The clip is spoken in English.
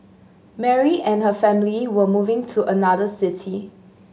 Mary and her family were moving to another city